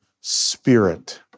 spirit